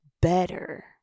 better